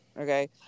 Okay